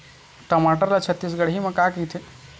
टमाटर ला छत्तीसगढ़ी मा का कइथे?